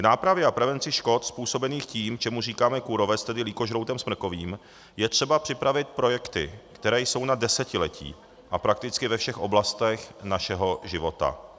K nápravě a prevenci škod způsobených tím, čemu říkáme kůrovec, tedy lýkožroutem smrkovým, je třeba připravit projekty, které jsou na desetiletí a prakticky ve všech oblastech našeho života.